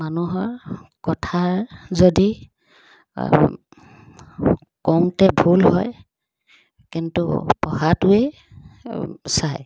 মানুহৰ কথাৰ যদি কওঁতে ভুল হয় কিন্তু পঢ়াটোৱে চায়